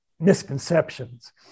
misconceptions